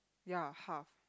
ya half